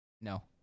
No